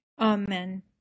Amen